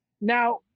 now